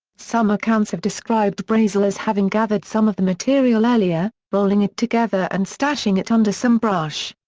some accounts have described brazel as having gathered some of the material earlier, rolling it together and stashing it under some brush.